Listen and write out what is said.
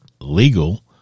legal